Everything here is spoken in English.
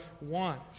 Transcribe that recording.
want